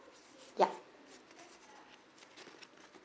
yup